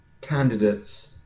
candidates